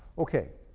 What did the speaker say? okay,